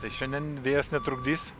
tai šiandien vėjas netrukdys